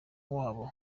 wabo